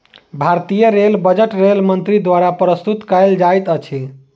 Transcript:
भारतीय rail budget rail मंत्री द्वारा प्रस्तुत कयल जाइत अछि